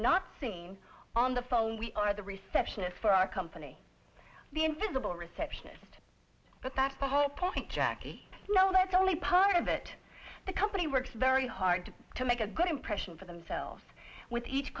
not seen on the phone we are the receptionist for our company the invisible receptionist but that's the whole point jacki no that's only part of it the company works very hard to make a good impression for themselves with each